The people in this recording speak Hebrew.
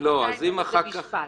אבל זה משפט.